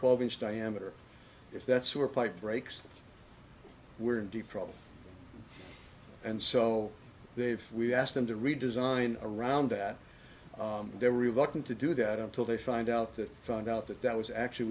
twelve inch diameter if that's where pipe breaks we're in deep trouble and so they've we asked them to redesign around that they're reluctant to do that until they find out that found out that that was actually